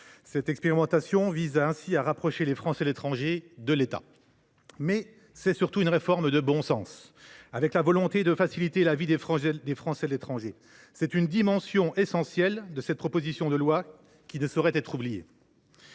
Cette expérimentation vise ainsi à rapprocher les Français de l’étranger de l’État. Il s’agit surtout d’une réforme de bon sens, animée par la volonté de faciliter la vie des Français de l’étranger : c’est une dimension essentielle de la proposition de loi, qui ne saurait être oubliée.